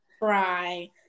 cry